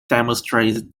demonstrated